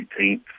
18th